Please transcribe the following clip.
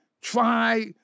try